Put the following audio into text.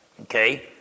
Okay